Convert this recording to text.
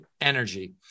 energy